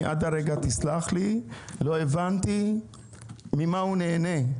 סלח לי, אבל עד הרגע לא הבנתי ממה הוא נהנה.